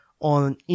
on